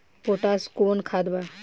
Potash कोउन खाद बा?